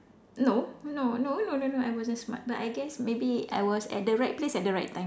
no no no no no I wasn't smart I guess maybe I was at the right place at the right time